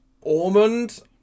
Ormond